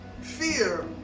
Fear